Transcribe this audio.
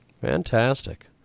Fantastic